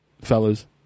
fellas